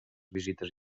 visites